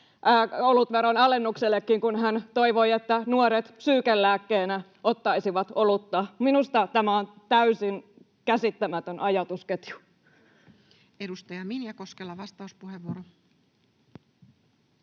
olutveron alennuksellekin, kun hän toivoi, että nuoret psyykenlääkkeenä ottaisivat olutta. Minusta tämä on täysin käsittämätön ajatusketju. Edustaja Minja Koskela, vastauspuheenvuoro.